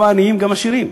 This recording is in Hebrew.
גם עניים וגם עשירים.